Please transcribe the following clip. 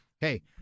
hey